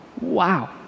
Wow